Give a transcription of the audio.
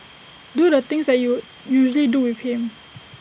do the things that you usually do with him